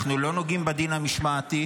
אנחנו לא נוגעים בדין המשמעתי,